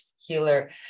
healer